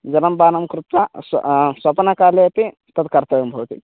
जलं पानं कृत्वा स्व स्वपनकाले अपि तद् कर्तव्यं भवति